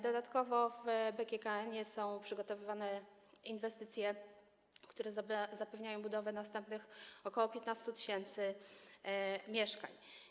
Dodatkowo w BGKN są przygotowywane inwestycje, które zapewniają budowę następnych, ok. 15 tys. mieszkań.